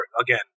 again